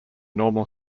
normal